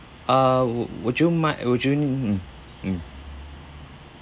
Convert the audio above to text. uh w~ would you mind would you mm mm